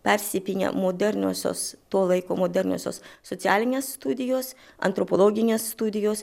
persipynę moderniosios to laiko moderniosios socialinės studijos antropologinės studijos